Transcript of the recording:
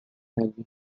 neve